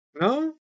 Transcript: No